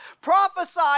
Prophesy